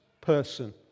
person